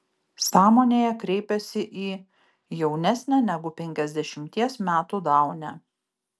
sąmonėje kreipiasi į jaunesnę negu penkiasdešimties metų daunę